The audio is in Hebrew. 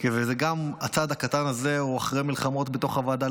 וגם הצעד הקטן הזה הוא אחרי מלחמות בתוך הוועדה,